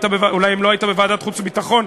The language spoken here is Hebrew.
אולי אם לא היית בוועדת חוץ וביטחון,